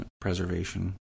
preservation